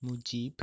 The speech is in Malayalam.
മുജീബ്